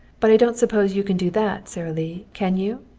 but i don't suppose you can do that, sara lee, can you?